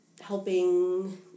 helping